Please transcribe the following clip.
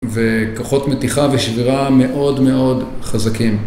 וכוחות מתיחה ושגרה מאוד מאוד חזקים.